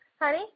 Honey